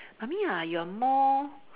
mummy ah you are more